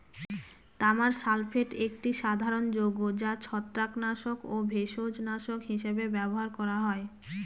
তামার সালফেট একটি সাধারণ যৌগ যা ছত্রাকনাশক এবং ভেষজনাশক হিসাবে ব্যবহার করা হয়